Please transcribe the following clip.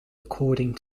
according